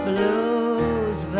Blues